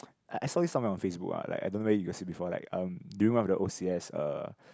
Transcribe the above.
I I saw it somewhere on Facebook ah like I don't know where you have see before like uh do you one of the O_C_S uh